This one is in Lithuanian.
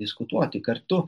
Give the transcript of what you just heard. diskutuoti kartu